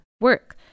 work